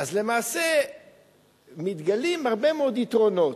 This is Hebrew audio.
אז למעשה מתגלים הרבה מאוד יתרונות.